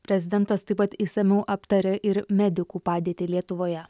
prezidentas taip pat išsamiau aptarė ir medikų padėtį lietuvoje